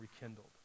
rekindled